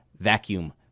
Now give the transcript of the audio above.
vacuum